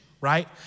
right